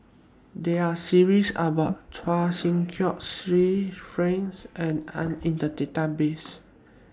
There Are series about Chua Sian Chin Sir Franks and Anita in The Database